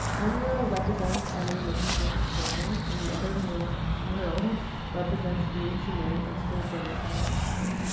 one mural represents our new mission statement daring and the other mural mural represents vh unite, our school's diversity initiative.